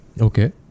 Okay